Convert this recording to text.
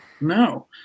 No